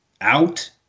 out